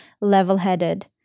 level-headed